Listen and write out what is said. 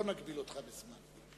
לא נגביל אותך בזמן.